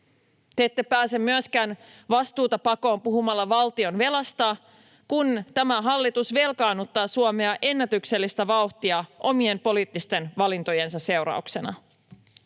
Te ette pääse myöskään vastuuta pakoon puhumalla valtionvelasta, kun tämä hallitus velkaannuttaa Suomea ennätyksellistä vauhtia omien poliittisten valintojensa seurauksena.